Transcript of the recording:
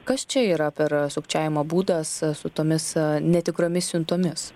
kas čia yra per sukčiavimo būdas su tomis netikromis siuntomis